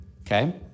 okay